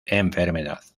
enfermedad